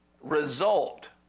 result